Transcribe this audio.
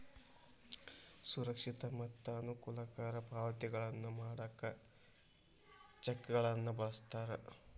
ಸುರಕ್ಷಿತ ಮತ್ತ ಅನುಕೂಲಕರ ಪಾವತಿಗಳನ್ನ ಮಾಡಾಕ ಚೆಕ್ಗಳನ್ನ ಬಳಸ್ತಾರ